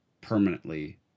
permanently